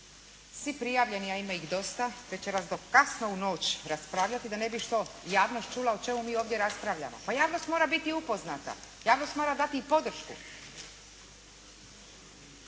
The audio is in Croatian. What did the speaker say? svi prijavljeni, a ima ih dosta večeras do kasno u noć raspravljati da ne bi što javnost čula o čemu mi ovdje raspravljamo. Pa javnost mora biti upoznata, javnost mora dati i podršku.